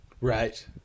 Right